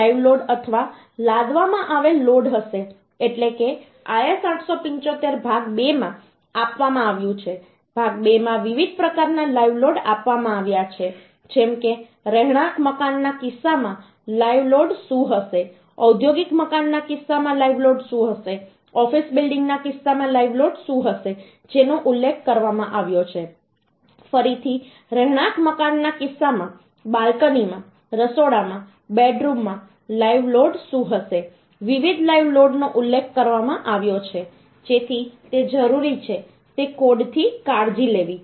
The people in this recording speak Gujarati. લાઇવ લોડ અથવા લાદવામાં આવેલ લોડ હશે એટલે કે IS875 ભાગ 2 માં આપવામાં આવ્યું છે ભાગ 2 માં વિવિધ પ્રકારના લાઇવ લોડ આપવામાં આવ્યા છે જેમ કે રહેણાંક મકાનના કિસ્સામાં લાઇવ લોડ શું હશે ઔદ્યોગિક મકાનના કિસ્સામાં લાઇવ શું હશે ઑફિસ બિલ્ડિંગ ના કિસ્સામાં લાઇવ લોડ શું હશે જેનો ઉલ્લેખ કરવામાં આવ્યો છે ફરીથી રહેણાંક મકાનના કિસ્સામાં બાલ્કની માં રસોડામાં બેડરૂમ માં લાઇવ લોડ શું હશે વિવિધ લાઇવ લોડનો ઉલ્લેખ કરવામાં આવ્યો છે જેથી તે જરૂરી છે તે કોડથી કાળજી લેવી